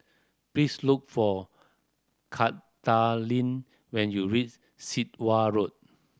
please look for Katharyn when you reach Sit Wah Road